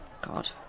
God